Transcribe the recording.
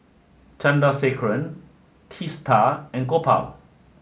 Chandrasekaran Teesta and Gopal